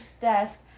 desk